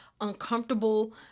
Uncomfortable